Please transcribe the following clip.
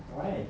why